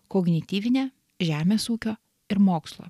kognityvinę žemės ūkio ir mokslo